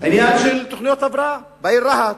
העניין של תוכניות הבראה בעיר רהט.